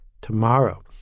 tomorrow